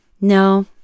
No